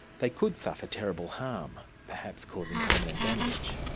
they could suffer terrible harm, perhaps causing permanent damage.